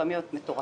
הפרמיות מטורפות.